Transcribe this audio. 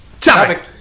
topic